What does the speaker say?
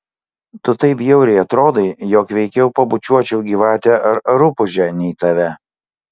tu taip bjauriai atrodai jog veikiau pabučiuočiau gyvatę ar rupūžę nei tave